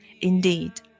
Indeed